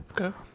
Okay